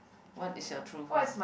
what is your true home